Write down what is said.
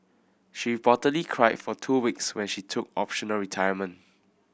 she reportedly cried for two weeks when she took optional retirement